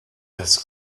his